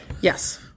Yes